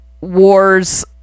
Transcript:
War's